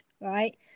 right